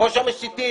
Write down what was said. בראש המסיתים